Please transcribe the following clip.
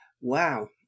Wow